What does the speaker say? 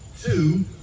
Two